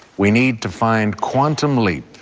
we need to find quantum leap.